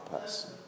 person